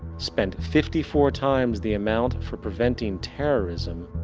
spent fifty four times the amount for preventing terrorism,